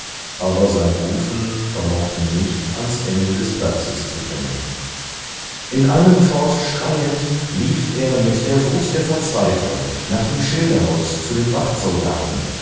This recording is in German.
aber sein rufen vermochte nicht ans ende des platzes zu dringen in einemfort schreiend lief er mit der wut der verzweiflung nach dem schilderhaus zu dem